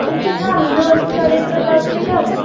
उससे कम जो जिसका रेट बताया उससे कम